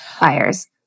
buyers